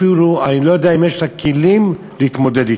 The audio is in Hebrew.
אפילו אני לא יודע אם יש לה כלים להתמודד אתם.